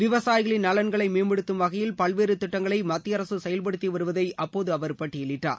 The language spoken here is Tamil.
விவசாயிகளின் நலன்களை மேம்படுத்தும் வகையில் பல்வேறு திட்டங்களை மத்திய அரசு செயல்படுத்தி வருவதை அப்போது அவர் பட்டியலிட்டார்